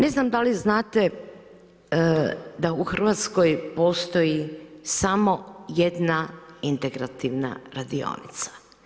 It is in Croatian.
Ne znam da li znate da u Hrvatskoj postoji samo jedna integrativna radionica?